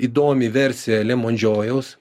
įdomi versija lemon džojaus